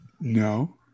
No